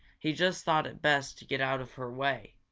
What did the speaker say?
he just thought it best to get out of her way,